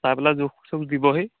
চাই পেলাই জোখ চোখ দিবহি